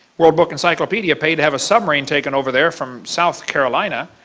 world book encyclopedia paid to have a submarine taken over there from south carolina.